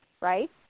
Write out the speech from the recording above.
Right